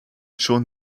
schon